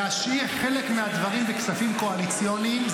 להשאיר חלק מהדברים בכספים קואליציוניים,